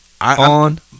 On